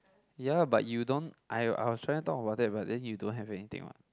ya but you don't I I was trying to talk about that but you don't have anything what